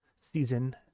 season